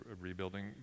rebuilding